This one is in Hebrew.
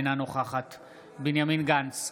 אינה נוכחת בנימין גנץ,